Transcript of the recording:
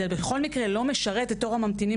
זה בכל מקרה לא משרת את תור הממתינים